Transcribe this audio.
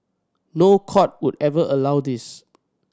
no court would ever allow this